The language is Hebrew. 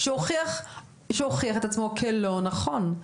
שהוכיח את עצמו כלא נכון.